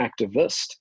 activist